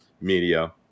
media